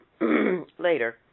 later